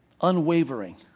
unwavering